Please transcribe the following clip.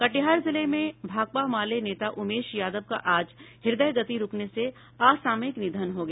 कटिहार जिले में भाकपा माले नेता उमेश यादव का आज हृदय गति रुकने से असामयिक निधन हो गया